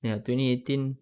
ya twenty eighteen